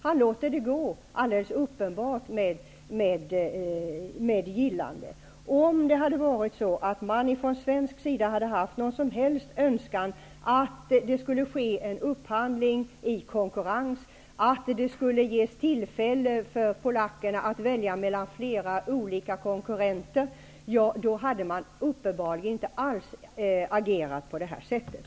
Han låter detta passera -- alldeles uppenbart med sitt gillande. Om det från svensk sida hade funnits en önskan att det skulle ske en upphandling i konkurrens, att det skulle ges tillfälle för polackerna att välja mellan flera olika konkurrenter, hade man uppenbarligen inte alls agerat på det sättet.